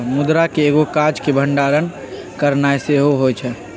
मुद्रा के एगो काज के भंडारण करनाइ सेहो होइ छइ